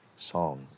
song